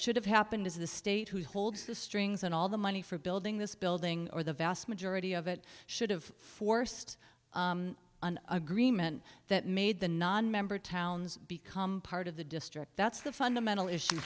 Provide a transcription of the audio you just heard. should have happened is the state who holds the strings and all the money for building this building or the vast majority of it should have forced an agreement that made the nonmember towns become part of the district that's the fundamental issue